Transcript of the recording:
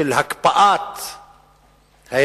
של הקפאת ההתנחלויות,